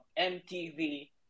MTV